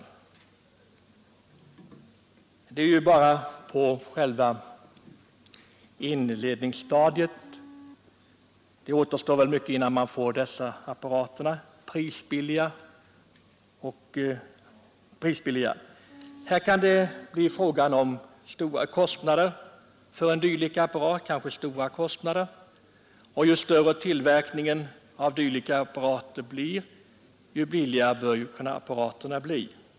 Det gäller ju nu bara själva inledningsstadiet; det återstår väl mycket innan man får dessa apparater prisbilliga. Här kan det kanske bli fråga om relativt stora kostnader för en dylik apparat. Ju större tillverkningen av sådana apparater blir, desto billigare bör de kunna vara.